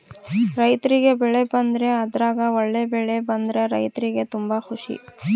ರೈರ್ತಿಗೆ ಬೆಳೆ ಬಂದ್ರೆ ಅದ್ರಗ ಒಳ್ಳೆ ಬೆಳೆ ಬಂದ್ರ ರೈರ್ತಿಗೆ ತುಂಬಾ ಖುಷಿ